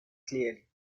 clearly